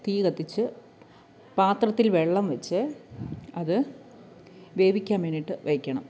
തീ കത്തിച്ച് പാത്രത്തിൽ വെള്ളം വെച്ച് അതു വേവിക്കാൻ വേണ്ടിയിട്ടു വെയ്ക്കണം